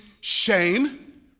shame